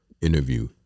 interview